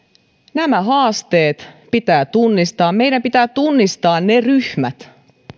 nämä haasteet pitää tunnistaa meidän pitää tunnistaa ne ryhmät